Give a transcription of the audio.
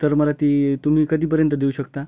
तर मला ती तुम्ही कधीपर्यंत देऊ शकता